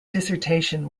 dissertation